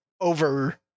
over